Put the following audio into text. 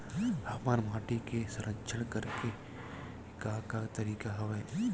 हमर माटी के संरक्षण करेके का का तरीका हवय?